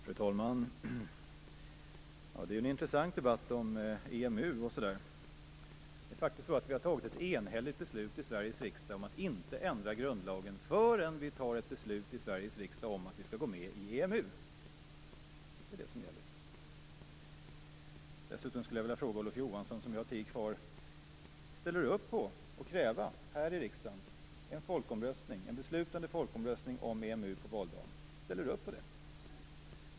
Fru talman! Debatten om EMU är intressant. Vi har faktiskt fattat ett enhälligt beslut i Sveriges riksdag att inte ändra grundlagen förrän vi fattar ett beslut i Sveriges riksdag att Sverige skall gå med i EMU. Det är det som gäller. Dessutom skulle jag vilja fråga Olof Johansson - som ju har taletid kvar - om han ställer upp på att här i riksdagen kräva en beslutande folkomröstning om EMU på valdagen. Ställer Olof Johansson upp på det?